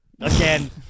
Again